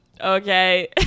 okay